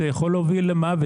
וזה יכול להוביל למוות.